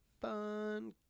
fun